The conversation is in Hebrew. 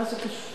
מה זה קשור?